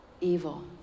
evil